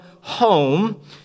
home